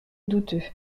douteux